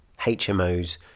HMOs